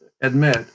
admit